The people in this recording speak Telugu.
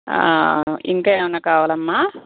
ఇంకా ఏమైనా కావాలమ్మా